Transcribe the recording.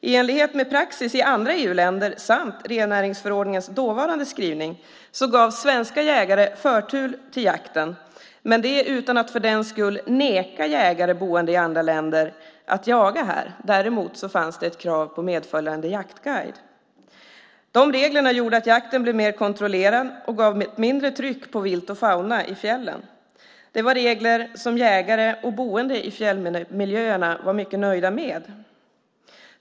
I enlighet med praxis i andra EU-länder samt rennäringsförordningens dåvarande skrivning gavs svenska jägare förtur till jakten men detta utan att för den skull neka jägare boende i andra länder att jaga här. Däremot fanns det krav på medföljande jaktguide. Dessa regler gjorde att jakten blev mer kontrollerad och gav ett mindre tryck på vilt och fauna i fjällen. Det var regler som jägare och boende i fjällmiljöerna var mycket nöjda med.